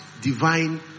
divine